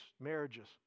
marriages